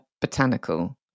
botanical